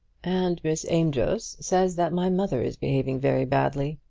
and miss amedroz says that my mother is behaving very badly.